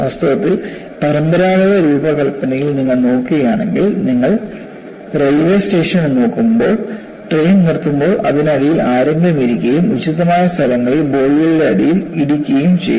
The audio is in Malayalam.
വാസ്തവത്തിൽ പരമ്പരാഗത രൂപകല്പനയിൽ നിങ്ങൾ നോക്കുകയാണെങ്കിൽ നിങ്ങൾ റെയിൽവേ സ്റ്റേഷനുകൾ നോക്കുമ്പോൾ ട്രെയിൻ നിർത്തുമ്പോൾ അതിനടിയിൽ ആരെങ്കിലും ഇരിക്കുകയും ഉചിതമായ സ്ഥലങ്ങളിൽ ബോഗികളുടെ അടിയിൽ ഇടിക്കുകയും ചെയ്യും